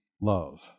love